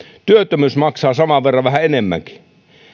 työttömyys maksaa saman verran vähän enemmänkin